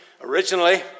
originally